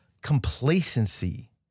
complacency